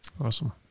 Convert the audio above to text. Awesome